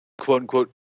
quote-unquote